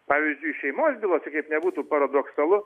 pavyzdžiui šeimos bylose kaip nebūtų paradoksalu